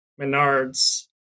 Menards